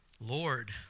lord